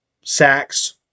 sacks